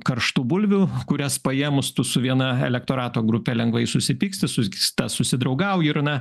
karštų bulvių kurias paėmus tu su viena elektorato grupe lengvai susipyksti su kita susidraugauji ir na